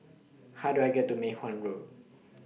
How Do I get to Mei Hwan Road